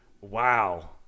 Wow